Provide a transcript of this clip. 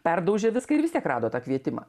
perdaužė viską ir vis tiek rado tą kvietimą